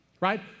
right